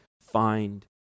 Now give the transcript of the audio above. find